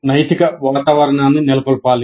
నైతిక వాతావరణాన్ని నెలకొల్పాలి